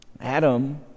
Adam